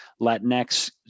Latinx